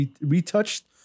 retouched